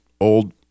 old